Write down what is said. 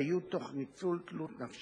יש פה יותר דממה,